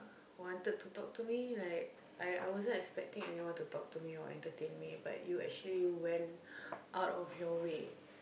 wanted to talk to me like I I wasn't expecting anyone to talk to me or to entertain me but you actually went out of your way